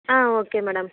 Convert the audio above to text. ah okay madam